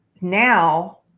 now